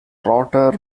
router